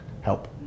help